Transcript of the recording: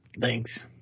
Thanks